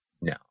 No